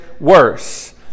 worse